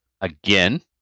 again